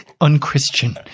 UnChristian